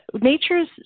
Nature's